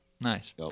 nice